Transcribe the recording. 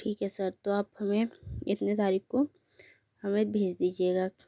ठीक है सर तो आप हमें इतने तारीख़ को हमें भेज दीजिएगा